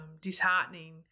disheartening